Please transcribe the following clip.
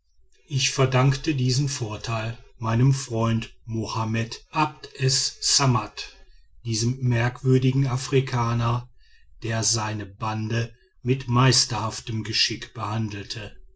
ich verdankte diesen vorteil meinem freunde mohammed abd es ssammat diesem merkwürdigen afrikaner der seine bande mit meisterhaftem geschick behandelte